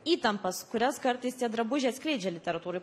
įtampas kurias kartais tie drabužiai atskleidžia literatūroj